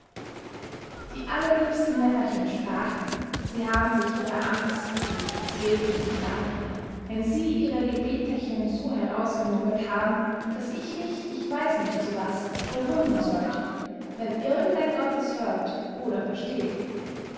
die allerliebsten männerchen sprachen sie haben sich ihrer amtspflicht redlich entladen wenn sie ihre gebeterchen so herausgemurmelt haben das ich mich ich weiß nicht zu was verwundern sollte wenn irgend ein gott es hört oder versteht